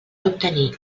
obtenir